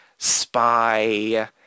spy